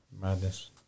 Madness